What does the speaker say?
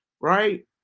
right